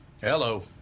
Hello